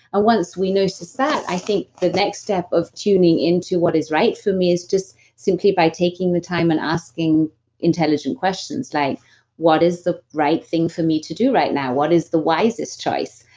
once we notice that, i think the next step of tuning into what is right for me is just simply by taking the time and asking intelligent questions like what is the right thing for me to do right now? what is the wisest choice?